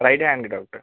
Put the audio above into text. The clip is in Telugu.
రైట్ హ్యాండ్ కి డాక్టర్